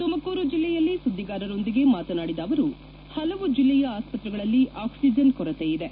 ತುಮಕೂರು ಜಿಲ್ಲೆಯಲ್ಲಿ ಸುದ್ದಿಗಾರರೊಂದಿಗೆ ಮಾತನಾಡಿದ ಅವರು ಪಲವು ಜಿಲ್ಲೆಯ ಆಸ್ವತ್ರೆಗಳಲ್ಲಿ ಆಕ್ಸಿಜನ್ ಕೊರತೆಯಿದೆ